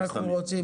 אנחנו רוצים.